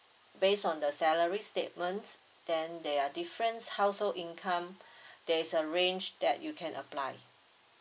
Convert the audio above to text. based on the salary statements then there are different household income there is a range that you can apply